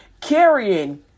Carrying